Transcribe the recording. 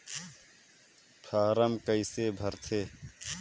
Form कइसे भरते?